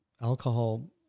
Alcohol